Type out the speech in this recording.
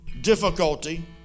difficulty